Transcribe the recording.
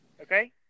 Okay